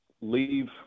leave